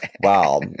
Wow